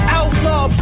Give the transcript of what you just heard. outlaw